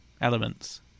elements